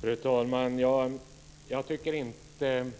Fru talman! Jag tycker inte